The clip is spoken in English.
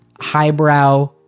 highbrow